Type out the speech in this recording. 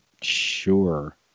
sure